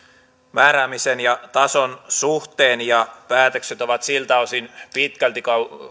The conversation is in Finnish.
määräämisen ja tason suhteen ja päätökset ovat siltä osin pitkälti